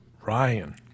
Ryan